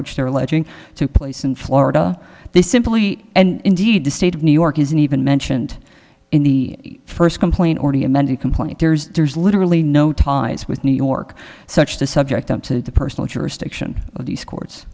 which they are alleging took place in florida they simply and indeed the state of new york isn't even mentioned in the first complaint or the amended complaint there's there's literally no ties with new york such to subject them to the personal jurisdiction of these